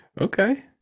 Okay